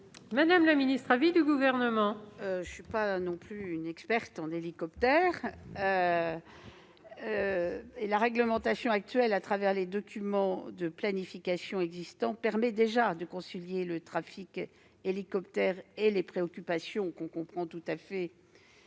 Quel est l'avis du Gouvernement ? Je ne suis pas non plus une experte en hélicoptères. La réglementation actuelle, à travers les documents de planification existants, permet déjà de concilier le trafic des hélicoptères et certaines préoccupations, que l'on comprend parfaitement,